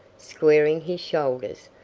squaring his shoulders,